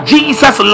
Jesus